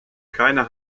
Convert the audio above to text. keine